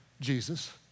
Jesus